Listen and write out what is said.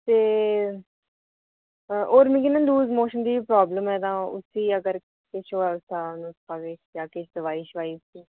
ते होर ना मिगी लूज़ मोशन दी प्रॉब्लम ऐ तां ओह् बी किश होआ दा तां लैती दोआई